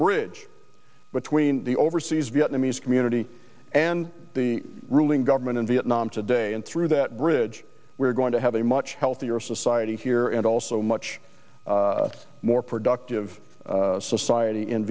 bridge between the overseas vietnamese community and the ruling government in vietnam today and through that bridge we're going to have a much healthier society here and also much more productive society in